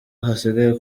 hasigaye